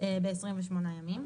הוא מאוד זמין,